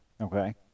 Okay